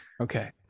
okay